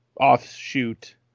offshoot